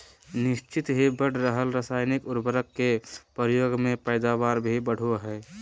निह्चित ही बढ़ रहल रासायनिक उर्वरक के प्रयोग से पैदावार भी बढ़ो हइ